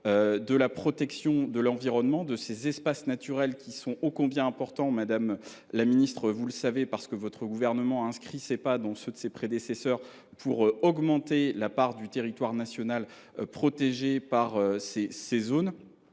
de la protection de l’environnement. Or la préservation de ces espaces naturels – ô combien importants, madame la ministre, vous le savez, puisque votre gouvernement a inscrit ses pas dans ceux de ses prédécesseurs pour augmenter la part du territoire national protégé – réclame